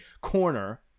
corner